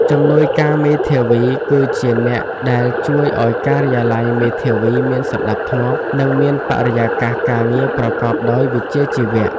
ជំនួយការមេធាវីគឺជាអ្នកដែលជួយឱ្យការិយាល័យមេធាវីមានសណ្តាប់ធ្នាប់ និងមានបរិយាកាសការងារប្រកបដោយវិជ្ជាជីវៈ។